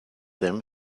them